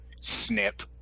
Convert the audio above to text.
snip